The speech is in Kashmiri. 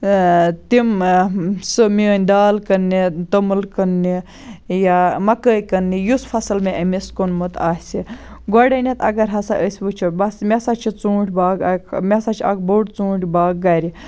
تِم سۄ میٲنٛۍ دال کٕننہِ توٚمُل کٕننہِ یا مَکٲے کٕننہِ یُس فصل مےٚ أمِس کُنمُت آسہِ گۄڈٕنیٚتھ اَگَر ہَسا أسۍ وٕچھو بہٕ ہَسا مےٚ ہَسا ژونٛٹھۍ باغ اکہِ مےٚ ہَسا چھُ اکھ بوٚڑ ژونٛٹھۍ باغ گَرِ